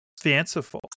fanciful